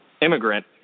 immigrant